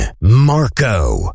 Marco